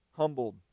humbled